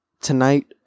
tonight